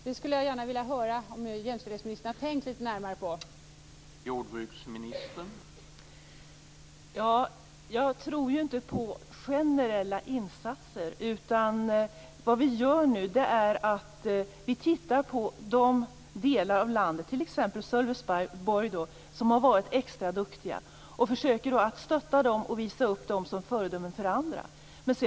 Jag skulle gärna vilja höra om jämställdhetsministern har tänkt lite närmare på detta.